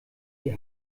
die